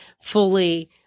fully